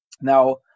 Now